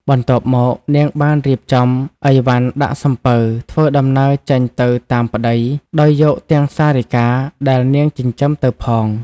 បន្ទាប់មកនាងបានរៀបចំអីវ៉ាន់ដាក់សំពៅ ធ្វើដំណើរចេញទៅតាមប្ដី ដោយយកទាំងសារិកាដែលនាងចិញ្ចឹម ទៅផង ។